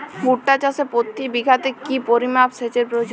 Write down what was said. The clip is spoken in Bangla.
ভুট্টা চাষে প্রতি বিঘাতে কি পরিমান সেচের প্রয়োজন?